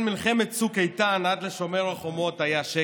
שבין מלחמת צוק איתן עד לשומר החומות היה שקט.